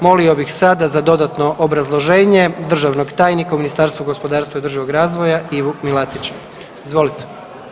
Molio bih sada za dodatno obrazloženje državnog tajnika u Ministarstvu gospodarstva i održivog razvoja Ivu Milatića, izvolite.